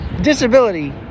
disability